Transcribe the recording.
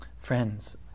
Friends